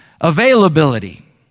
Availability